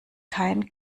kein